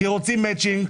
כי רוצים מצ'ינג,